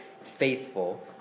faithful